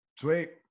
Sweet